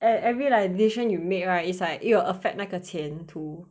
ev~ every like decision you make right it's like it will affect 那个前途